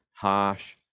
harsh